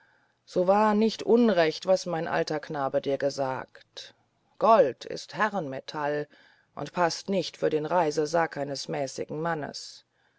so war nicht unrecht was mein alter knabe dir sagte gold ist herrenmetall und paßt nicht für den reisesack eines mäßigen mannes